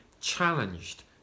challenged